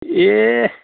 এহ